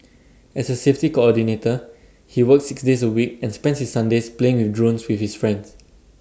as A safety coordinator he works six days A week and spends Sundays playing with drones with his friends